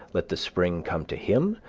let the spring come to him,